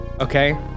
Okay